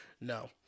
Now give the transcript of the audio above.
No